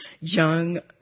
young